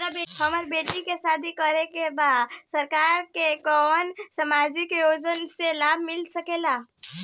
हमर बेटी के शादी करे के बा सरकार के कवन सामाजिक योजना से लाभ मिल सके ला?